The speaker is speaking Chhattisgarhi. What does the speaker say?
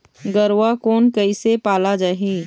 गरवा कोन कइसे पाला जाही?